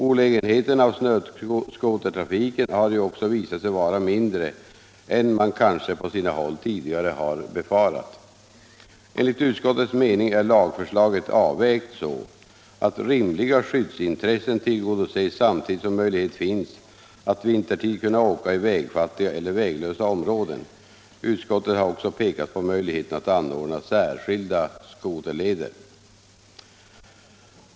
Olägenheterna av snöskotertrafiken har ju också visat sig vara mindre än man kanske på sina håll tidigare befarat. Enligt utskottets mening är lagförslaget avvägt så, att rimliga skyddsintressen tillgodoses samtidigt som möjlighet finns att vintertid kunna åka i vägfattiga eller väglösa områden. Utskottet har också pekat på möjligheten att anordna särskilda skoterleder.